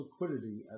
liquidity